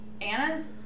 anna's